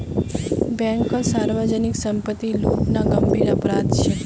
बैंककोत सार्वजनीक संपत्ति लूटना गंभीर अपराध छे